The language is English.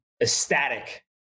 ecstatic